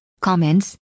comments